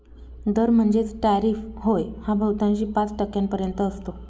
दर म्हणजेच टॅरिफ होय हा बहुतांशी पाच टक्क्यांपर्यंत असतो